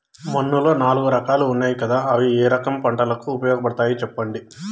మన్నులో నాలుగు రకాలు ఉన్నాయి కదా అవి ఏ రకం పంటలకు ఉపయోగపడతాయి చెప్పండి?